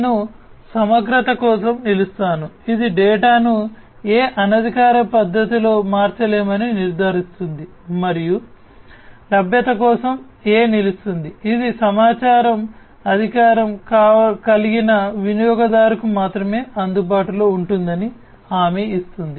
నేను సమగ్రత కోసం నిలుస్తాను ఇది డేటాను ఏ అనధికార పద్ధతిలో మార్చలేమని నిర్ధారిస్తుంది మరియు లభ్యత కోసం A నిలుస్తుంది ఇది సమాచారం అధికారం కలిగిన వినియోగదారుకు మాత్రమే అందుబాటులో ఉంటుందని హామీ ఇస్తుంది